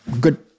good